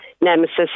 nemesis